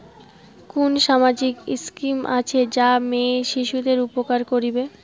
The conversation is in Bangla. কুন সামাজিক স্কিম আছে যা মেয়ে শিশুদের উপকার করিবে?